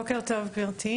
בוקר טוב לכולם.